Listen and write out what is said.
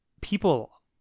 people